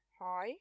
hi